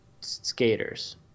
skaters